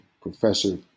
Professor